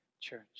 church